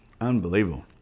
Unbelievable